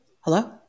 Hello